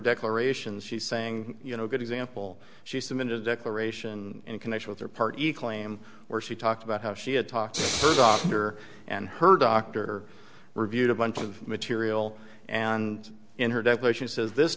declarations she's saying you know good example she submitted a declaration in connection with her party claim where she talked about how she had talked to her and her doctor reviewed a bunch of material and in her declaration says this